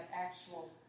actual